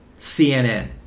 CNN